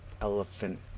elephant